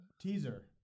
teaser